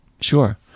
Sure